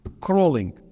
crawling